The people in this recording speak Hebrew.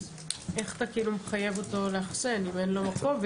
אז איך אתה מחייב אותו לאחסן אם אין לו מקום?